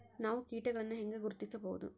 ನಾವು ಕೇಟಗಳನ್ನು ಹೆಂಗ ಗುರ್ತಿಸಬಹುದು?